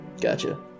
Gotcha